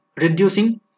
reducing